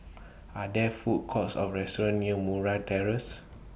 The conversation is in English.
Are There Food Courts Or restaurants near Murray Terrace